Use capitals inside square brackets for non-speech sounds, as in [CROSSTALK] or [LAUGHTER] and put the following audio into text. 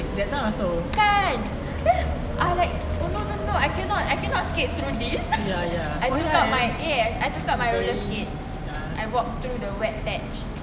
kan then I like no no no I cannot I cannot skate through this [LAUGHS] I took out my yes I took out my roller skate I walked through the wet patches